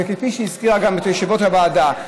וכפי שהזכירה יושבת-ראש הוועדה,